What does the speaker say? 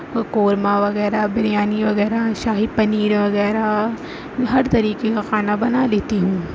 قورمہ وغیرہ بریانی وغیرہ شاہی پنیر وغیرہ ہر طریقے کا کھانا بنا لیتی ہوں